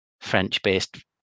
French-based